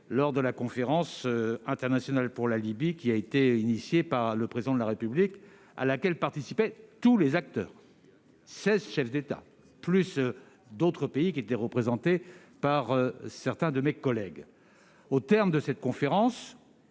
lors de la conférence internationale pour la Libye, qui a été initiée par le Président de la République et à laquelle participaient tous les acteurs, soit seize chefs d'État ainsi que des pays représentés par certains de mes homologues.